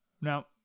Now